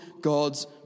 God's